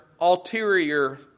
ulterior